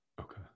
Okay